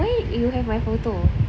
why you have my photo